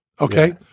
Okay